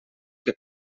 que